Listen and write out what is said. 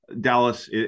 Dallas –